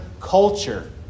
culture